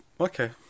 Okay